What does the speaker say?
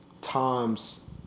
times